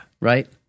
Right